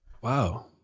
wow